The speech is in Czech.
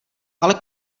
ale